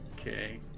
Okay